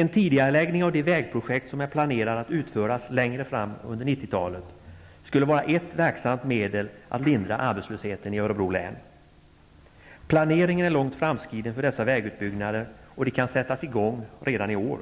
En tidigareläggning av de vägprojekt som är planerade att utföras längre fram under 90-talet skulle vara ett verksamt medel att lindra arbetslösheten i Örebro län. Planeringen är långt framskriden för dessa vägutbyggnader, och de kan sättas i gång redan i år.